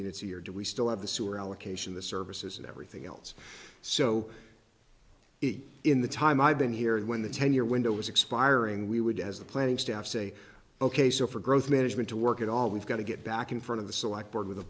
year or do we still have the sewer allocation the services and everything else so in the time i've been here when the ten year window was expiring we would as the planning staff say ok so for growth management to work at all we've got to get back in front of the select board with